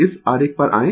इस आरेख पर आयें